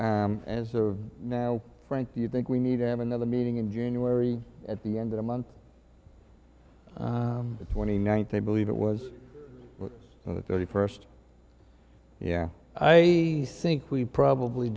ahead as of now frank do you think we need to have another meeting in january at the end of the month twenty ninth i believe it was thirty first yeah i think we probably